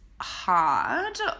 hard